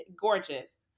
gorgeous